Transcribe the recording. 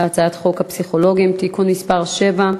הצעת חוק הפסיכולוגים (תיקון מס' 7)